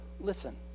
listen